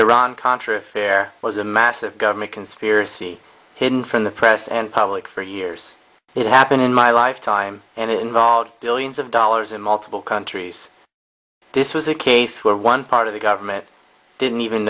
iran contra affair was a massive government conspiracy hidden from the press and public for years it happened in my lifetime and it involved billions of dollars in multiple countries this was a case where one part of the government didn't even